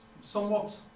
somewhat